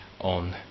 on